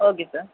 okay sir